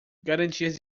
garantias